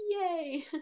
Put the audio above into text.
yay